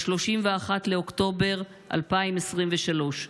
ב-31 באוקטובר 2023,